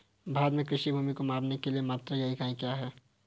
भारत में कृषि भूमि को मापने के लिए मात्रक या इकाई क्या है?